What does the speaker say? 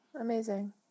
Amazing